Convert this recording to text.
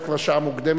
בדיון מוקדם